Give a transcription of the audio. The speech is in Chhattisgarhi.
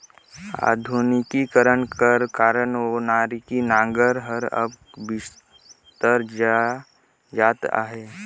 आधुनिकीकरन कर कारन ओनारी नांगर हर अब बिसरत जात अहे